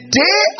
day